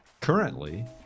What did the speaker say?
currently